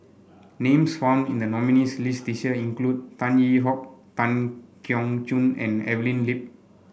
names found in the nominees' list this year include Tan Yee Hong Tan Keong Choon and Evelyn Lip